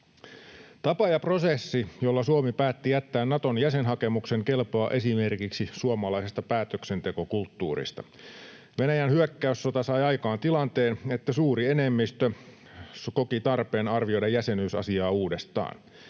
Tapa ja prosessi, jolla Suomi päätti jättää Naton jäsenhakemuksen, kelpaa esimerkiksi suomalaisesta päätöksentekokulttuurista. Venäjän hyökkäyssota sai aikaan tilanteen, että suuri enemmistö koki tarpeen arvioida jäsenyysasiaa uudestaan.